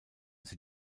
sie